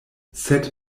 sed